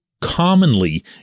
commonly